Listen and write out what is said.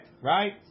right